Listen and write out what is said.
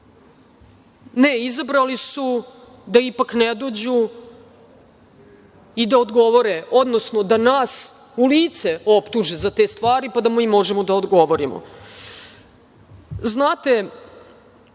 Ne, izabrali su da ipak ne dođu i da odgovore, odnosno da nas u lice optuže za te stvari pa da mi možemo da odgovorimo. Znate,